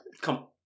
Come